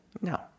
No